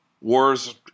wars